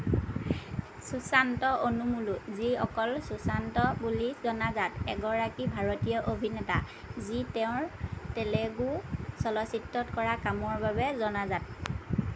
সুশান্ত অনুমোলু যি অকল সুশান্ত বুলি জনাজাত এগৰাকী ভাৰতীয় অভিনেতা যি তেওঁৰ তেলেগু চলচ্চিত্ৰত কৰা কামৰ বাবে জনাজাত